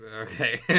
okay